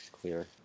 clear